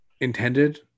intended